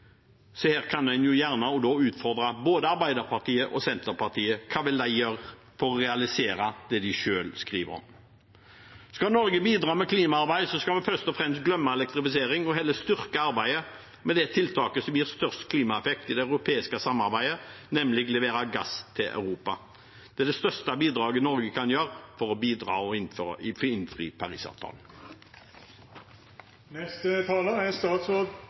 kan en gjerne utfordre både Arbeiderpartiet og Senterpartiet: Hva vil de gjøre for å realisere det de selv skriver om? Skal Norge bidra i klimaarbeidet, skal vi først og fremst glemme elektrifisering og heller styrke arbeidet med det tiltaket som gir størst klimaeffekt i det europeiske samarbeidet, nemlig å levere gass til Europa. Det er det største bidraget Norge kan gi for å bidra til å innfri Parisavtalen. En melding som dette skal først og